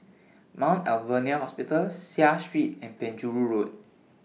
Mount Alvernia Hospital Seah Street and Penjuru Road